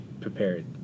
prepared